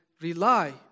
rely